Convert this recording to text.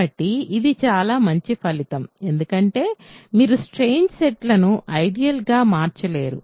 కాబట్టి ఇది చాలా మంచి ఫలితం ఎందుకంటే మీరు స్ట్రేంజ్ సెట్లను ఐడియల్ గా మార్చలేరు